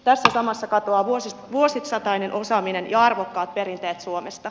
tässä samassa katoavat vuosisatainen osaaminen ja arvokkaat perinteet suomesta